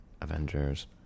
Avengers